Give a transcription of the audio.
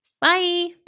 Bye